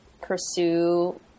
pursue